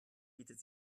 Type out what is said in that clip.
bietet